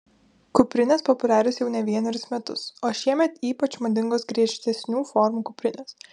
kuprinės populiarios jau ne vienerius metus o šiemet ypač madingos griežtesnių formų kuprinės